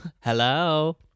hello